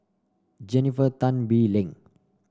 Jennifer Tan Bee Leng